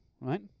right